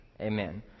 Amen